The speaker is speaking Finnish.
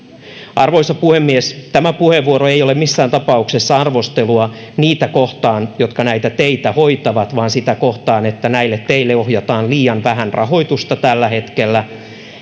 arvoisa puhemies tämä puheenvuoro ei ole missään tapauksessa arvostelua niitä kohtaan jotka näitä teitä hoitavat vaan sitä kohtaan että näille teille ohjataan liian vähän rahoitusta tällä hetkellä